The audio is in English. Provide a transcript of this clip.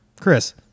Chris